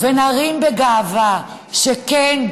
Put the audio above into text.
ונרים בגאווה שכן,